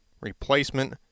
replacement